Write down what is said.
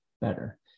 better